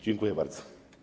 Dziękuję bardzo.